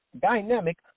dynamic